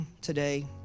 today